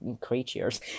creatures